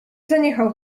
zaniechał